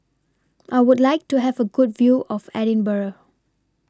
I Would like to Have A Good View of Edinburgh